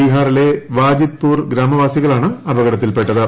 ബീഹാറിലെ വാജിദ്പ്പൂർ ഗ്രാമവാസികളാണ് അപകടത്തിൽപ്പെട്ടത്